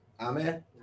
amen